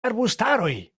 arbustaroj